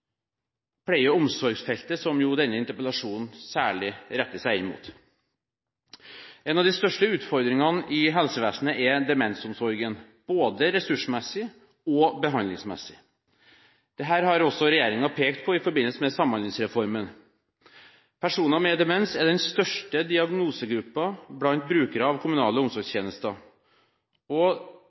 pleie- og omsorgsfeltet, som denne interpellasjonen jo særlig retter seg inn mot. En av de største utfordringene i helsevesenet er demensomsorgen, både ressursmessig og behandlingsmessig. Dette har også regjeringen pekt på i forbindelse med Samhandlingsreformen. Personer med demens er den største diagnosegruppen blant brukere av kommunale omsorgstjenester.